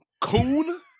coon